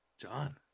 john